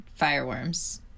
Fireworms